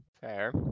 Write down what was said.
Fair